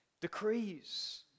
decrees